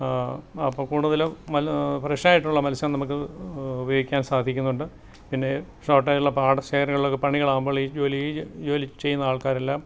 അപ്പം കൂടുതലും ഫ്രഷായിട്ടുള്ള മത്സ്യം നമുക്ക് ഉപയോഗിക്കാൻ സാധിക്കുന്നുണ്ട് പിന്നെ ഷോർട്ടേജുള്ള പാടശേഖങ്ങളിലെയൊക്കെ പണികളാകുമ്പോൾ ഈ ജോലി ജോലി ചെയ്യുന്ന ആൾക്കാരെല്ലാം